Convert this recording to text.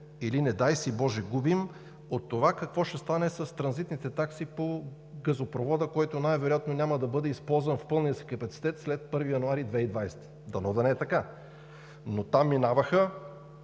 или, не дай си боже, губим, ще ни излезе от това какво ще стане с транзитните такси по газопровода, който най-вероятно няма да бъде използван в пълния си капацитет след 1 януари 2020 г. Дано да не е така! Но там минаваха